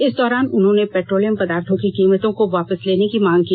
इस दौरान उन्होंने पेट्रोलियम पदार्थो की कीमतों को वापस लेने की मांग की